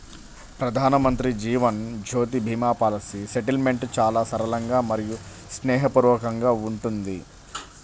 ప్రధానమంత్రి జీవన్ జ్యోతి భీమా policy settlement చాలా సరళంగా మరియు స్నేహపూర్వకంగా ఉంటుంది